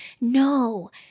No